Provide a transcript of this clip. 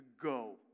go